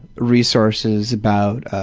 resources about